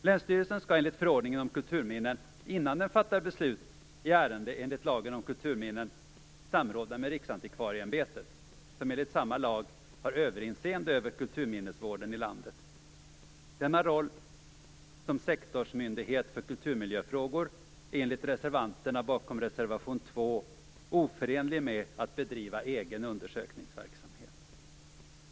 Länsstyrelsen skall enligt förordningen om kulturminnen innan den fattar beslut i ärende enligt lagen om kulturminnen samråda med Riksantikvarieämbetet, som enligt samma lag har överinseende över kulturminnesvården i landet. Denna roll som sektorsmyndighet för kulturmiljöfrågor är enligt reservanterna bakom reservation 2 oförenlig med att bedriva egen undersökningsverksamhet.